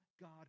God